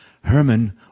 Herman